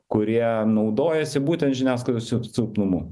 kurie naudojasi būtent žiniasklaidos silpnumu